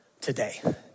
today